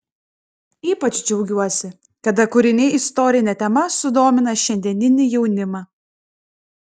ypač džiaugiuosi kada kūriniai istorine tema sudomina šiandieninį jaunimą